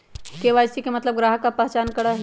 KYC के मतलब ग्राहक का पहचान करहई?